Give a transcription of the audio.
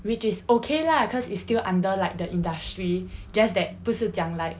which is okay lah cause is still under like the industry just that 不是讲 like